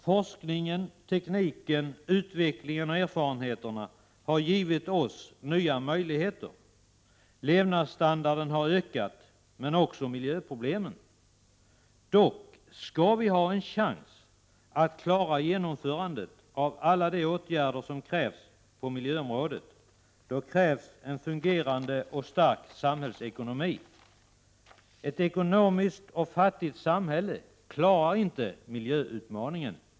Forskningen, tekniken, utvecklingen och erfarenheterna har gett oss nya möjligheter. Levnadsstandarden har ökat — men också miljöproblemen. Dock — skall vi ha en chans att klara genomförandet av alla de åtgärder som krävs på miljöområdet fordras en fungerande och stark samhällsekonomi. Ett ekonomiskt svagt och fattigt samhälle klarar inte miljöutmaningen.